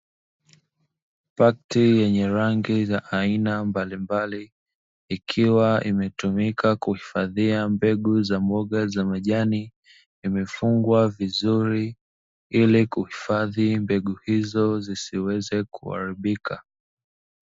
Pakiti yenye rangi za aina mbalimbali, ikiwa imetumika kuhifadhia mbegu za mboga za majani, imefungwa vizuri ili kuhifadhi mbegu hizo zisiweze kuharibika.